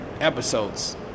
episodes